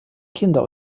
kinder